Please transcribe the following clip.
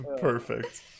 Perfect